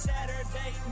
Saturday